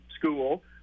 school